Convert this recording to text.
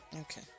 okay